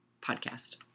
podcast